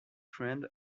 friend